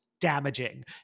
damaging